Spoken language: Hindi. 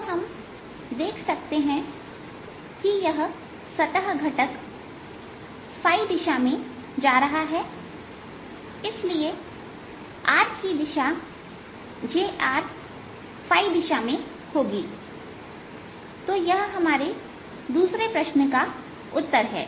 तो हम देख सकते हैं कि यह सतह घटक दिशा में जा रहा है इसलिए r की दिशा j r की दिशा में होगी तो यह हमारे दूसरे प्रश्न का उत्तर है